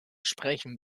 sprechen